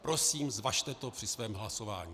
Prosím, zvažte to při svém hlasování.